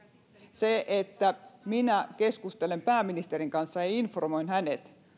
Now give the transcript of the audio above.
se että minä keskustelen pääministerin kanssa ja informoin hänet